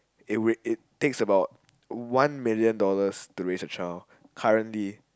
eh wait it takes about one million dollars to raise a child currently